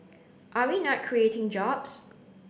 are we not creating jobs